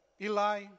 Eli